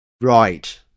right